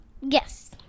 Yes